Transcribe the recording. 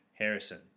harrison